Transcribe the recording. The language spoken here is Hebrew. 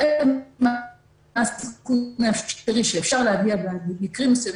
מה הסיכוי שאפשר להגיע במקרים מסוימים